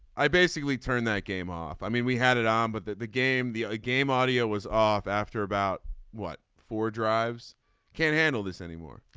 i basically turned that game off. i mean we had it on um but that the game the ah game audio was off after about what four drives can't handle this anymore.